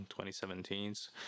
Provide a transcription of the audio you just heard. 2017's